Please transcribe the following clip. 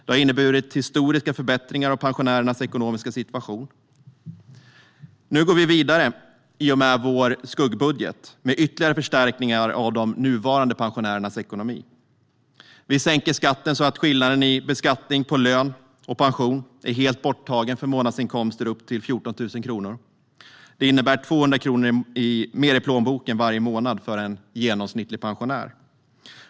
Det har inneburit historiska förbättringar av pensionärernas ekonomiska situation. Nu går vi vidare, i och med vår skuggbudget, med ytterligare förstärkningar av de nuvarande pensionärernas ekonomi. Vi sänker skatten så att skillnaden i beskattning på lön och pension är helt borttagen för månadsinkomster upp till 14 000 kronor. Det innebär 200 kronor mer i plånboken varje månad för en genomsnittlig pensionär.